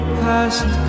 past